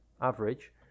Average